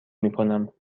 میکنم